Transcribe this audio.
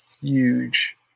huge